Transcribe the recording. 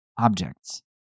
objects